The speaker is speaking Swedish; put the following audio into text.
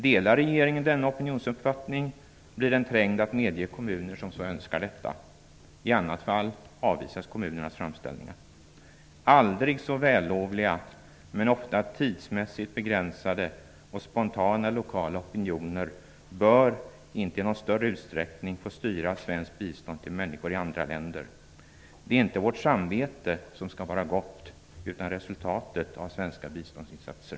Delar regeringen denna opinionsuppfattning blir den trängd att medge kommuner som så önskar detta. I annat fall avvisas kommunernas framställningar. Aldrig så vällovliga, men ofta tidsmässigt begränsade och spontana lokala opinioner, bör inte i någon större utsträckning få styra svenskt bistånd till människor i andra länder. Det är inte vårt samvete som skall vara gott, utan resultatet av svenska biståndsinsatser.